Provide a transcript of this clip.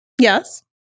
Yes